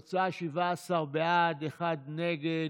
התוצאה: 17 בעד, אחד נגד.